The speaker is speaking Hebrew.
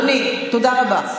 אדוני, תודה רבה.